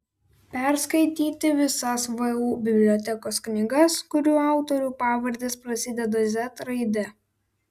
perskaityti visas vu bibliotekos knygas kurių autorių pavardės prasideda z raide